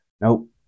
Nope